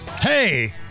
Hey